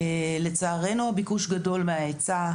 לצערנו הביקוש גדול מההיצע.